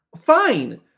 Fine